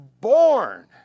born